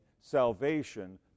salvation